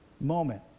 moment